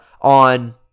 on